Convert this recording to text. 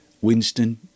Winston